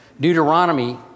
Deuteronomy